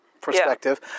perspective